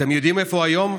אתם יודעים איפה הוא היום?